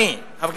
אדוני,